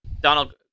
Donald